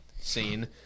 scene